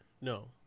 No